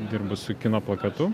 dirbu su kino plakatu